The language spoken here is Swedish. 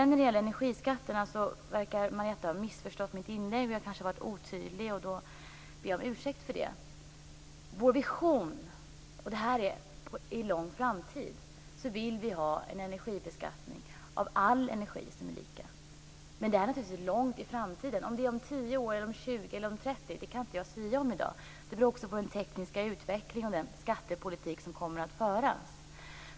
När det gäller energiskatterna verkar Marietta ha missförstått mitt inlägg. Jag har kanske varit otydlig, och i så fall ber jag om ursäkt för det. Vår vision - det gäller långt fram i tiden - är lika beskattning av all energi. Men det gäller naturligtvis framtiden. Om det är om 10, 20 eller 30 år kan jag inte sia om i dag. Det beror också på den tekniska utvecklingen och den skattepolitik som kommer att föras.